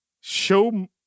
show